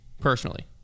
personally